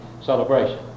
celebration